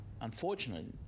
Unfortunately